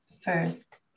first